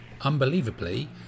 unbelievably